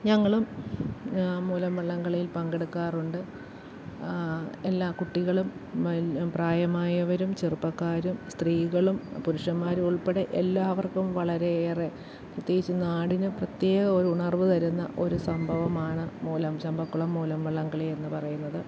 ഞങ്ങളും മൂലം വള്ളംകളിയിൽ പങ്കെടുക്കാറുണ്ട് എല്ലാ കുട്ടികളും പ്രായമായവരും ചെറുപ്പക്കാരും സ്ത്രീകളും പുരുഷന്മാരും ഉൾപ്പെടെ എല്ലാവർക്കും വളരെയേറെ പ്രത്യേകിച്ച് നാടിന് പ്രത്യേക ഒരു ഉണർവ് തരുന്ന ഒരു സംഭവമാണ് മൂലം ചമ്പക്കുളം മൂലം വള്ളം കളിയെന്ന് പറയുന്നത്